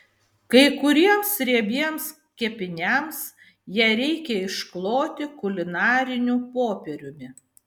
kai kuriems riebiems kepiniams ją reikia iškloti kulinariniu popieriumi